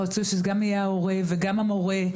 ורצוי שזה יהיה גם ההורה וגם המורה,